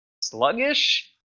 sluggish